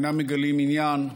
אינם מגלים עניין,